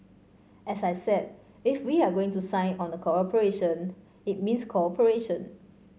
as I said if we are going to sign on a cooperation it means cooperation